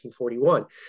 1941